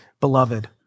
Beloved